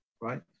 right